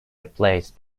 replaced